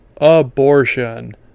abortion